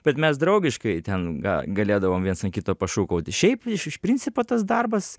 bet mes draugiškai ten ga galėdavom viens ant kito pašūkauti šiaip iš iš principo tas darbas